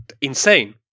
insane